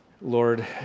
Lord